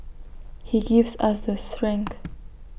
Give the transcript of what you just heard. he gives us the strength